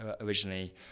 originally